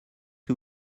que